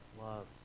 loves